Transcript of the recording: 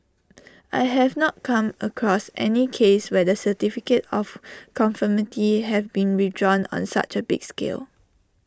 I have not come across any case where the certificate of conformity have been withdrawn on such A big scale